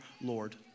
Lord